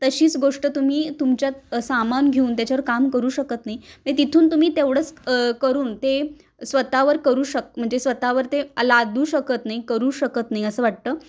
तशीच गोष्ट तुम्ही तुमच्यात सामान घेऊन त्याच्यावर काम करू शकत नाही मग तिथून तुम्ही तेवढंच करून ते स्वत वर करू शक म्हणजे स्वत वर ते लाद देू शकत नाही करू शकत नाही असं वाटतं